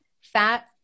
Fat